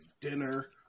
dinner